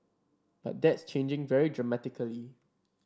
but that's changing very dramatically